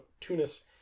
Tunis